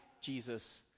Jesus